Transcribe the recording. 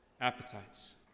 appetites